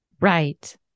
Right